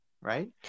right